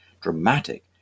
dramatic